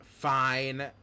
Fine